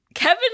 Kevin